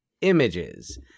images